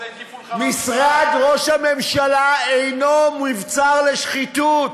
משרד ראש הממשלה אינו מבצר לשחיתות,